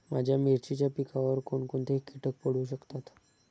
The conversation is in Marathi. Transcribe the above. माझ्या मिरचीच्या पिकावर कोण कोणते कीटक पडू शकतात?